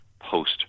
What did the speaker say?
post